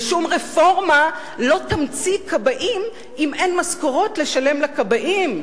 ושום רפורמה לא תמציא כבאים אם אין משכורות לשלם לכבאים.